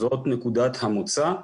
זאת נקודת המוצא.